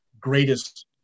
greatest